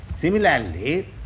similarly